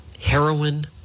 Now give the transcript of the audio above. heroin